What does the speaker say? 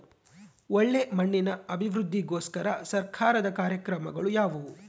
ಒಳ್ಳೆ ಮಣ್ಣಿನ ಅಭಿವೃದ್ಧಿಗೋಸ್ಕರ ಸರ್ಕಾರದ ಕಾರ್ಯಕ್ರಮಗಳು ಯಾವುವು?